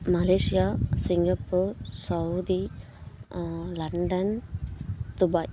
Malaysia Singapore Saudi Arabia London Dubai